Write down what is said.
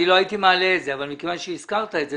אני לא הייתי מעלה את זה אבל מכיוון שהזכרת את זה,